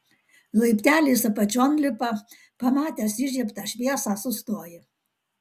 laipteliais apačion lipa pamatęs įžiebtą šviesą sustoja